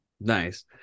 Nice